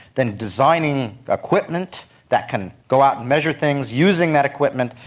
then designing equipment that can go out and measure things, using that equipment,